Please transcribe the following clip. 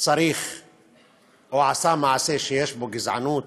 או עשה מעשה שיש בו גזענות,